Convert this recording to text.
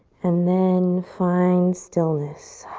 and then find stillness.